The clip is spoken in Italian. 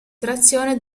trazione